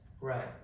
Right